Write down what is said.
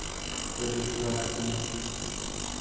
Credit card কি?